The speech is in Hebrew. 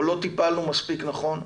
או לא טיפלנו מספיק נכון,